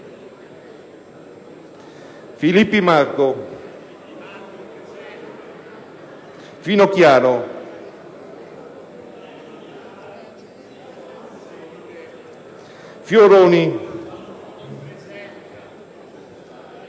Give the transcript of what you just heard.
Filippi Marco, Finocchiaro, Fioroni,